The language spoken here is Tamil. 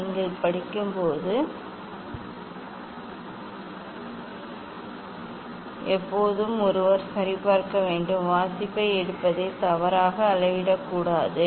நீங்கள் படிக்கும்போது எப்போதும் ஒருவர் சரிபார்க்க வேண்டும் வாசிப்பை எடுப்பதில் தவறாக அளவிடக்கூடாது